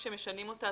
כשמשנים אותה,